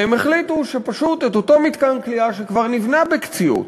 והם החליטו שפשוט את אותו מתקן כליאה שכבר נבנה בקציעות,